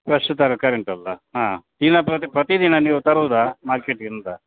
fresh ತರಕಾರಿ ಉಂಟಲ್ಲ ಹಾಂ ದಿನ ಪ್ರತಿ ಪ್ರತಿದಿನ ನೀವು ತರೋದ ಮಾರ್ಕೆಟಿಂದ